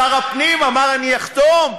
שר הפנים אמר: אני אחתום.